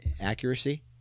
accuracy